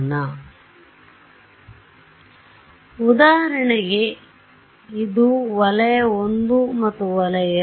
ಆದ್ದರಿಂದ ಇದು ಉದಾಹರಣೆಗೆ ಇದು ವಲಯ II ಇದು ವಲಯ I